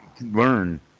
learn